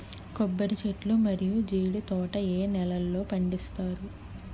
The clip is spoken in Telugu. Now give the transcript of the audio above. కొబ్బరి చెట్లు మరియు జీడీ తోట ఏ నేలల్లో పండిస్తారు?